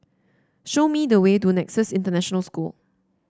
show me the way to Nexus International School